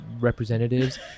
Representatives